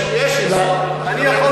יש איסור גורף.